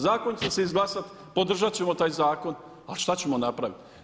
Zakon će se izglasat, podržat ćemo taj zakona, a šta ćemo napraviti?